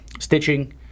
stitching